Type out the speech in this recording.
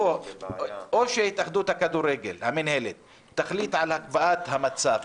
או שהתאחדות הכדורגל תחליט על הקפאת המצב